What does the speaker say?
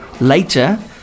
later